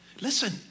Listen